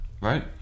Right